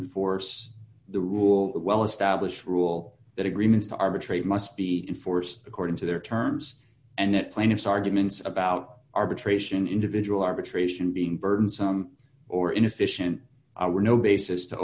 enforce the rule of well established rule that agreements to arbitrate must be enforced according to their terms and that plaintiff's arguments about arbitration individual arbitration being burned some or inefficient were no basis to